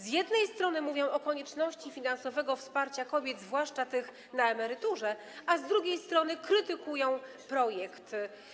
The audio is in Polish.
Z jednej strony mówią o konieczności finansowego wsparcia kobiet, zwłaszcza tych na emeryturze, a z drugiej strony krytykują projekt.